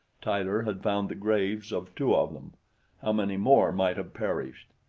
tyler had found the graves of two of them how many more might have perished!